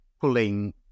pulling